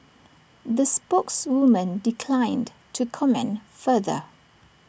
the spokeswoman declined to comment further